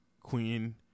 Queen